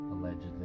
Allegedly